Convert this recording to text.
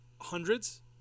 hundreds